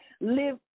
Live